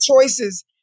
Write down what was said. choices